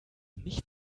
nicht